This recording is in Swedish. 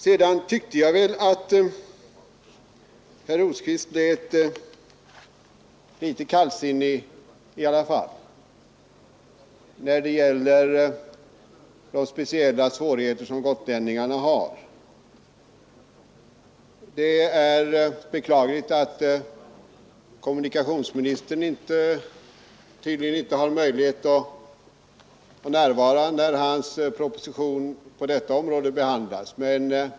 Sedan tyckte jag att herr Rosqvist i alla fall lät litet kallsinnig när det gäller de speciella svårigheter som gotlänningarna har. Det är beklagligt att kommunikationsministern tydligen inte har möjlighet att närvara när hans proposition på detta område behandlas.